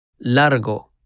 Largo